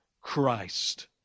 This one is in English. Christ